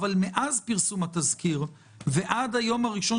אבל מאז פרסום התזכיר ועד היום הראשון